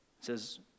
says